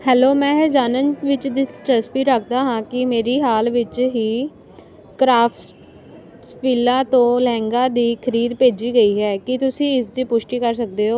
hello ਮੈਂ ਇਹ ਜਾਣਨ ਵਿੱਚ ਦਿਲਚਸਪੀ ਰੱਖਦਾ ਹਾਂ ਕੀ ਮੇਰੀ ਹਾਲ ਵਿੱਚ ਹੀ ਕਰਾਫਟਸਵਿਲਾ ਤੋਂ ਲਹਿੰਗਾ ਦੀ ਖਰੀਦ ਭੇਜੀ ਗਈ ਹੈ ਕੀ ਤੁਸੀਂ ਇਸ ਦੀ ਪੁਸ਼ਟੀ ਕਰ ਸਕਦੇ ਹੋ